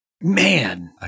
Man